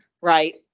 right